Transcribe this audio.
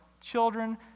children